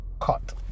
cut